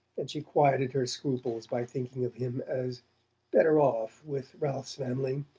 and she quieted her scruples by thinking of him as better off with ralph's family,